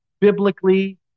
biblically